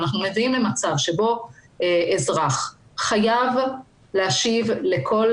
אנחנו עדים למצב שבו אזרח חייב להשיב לכל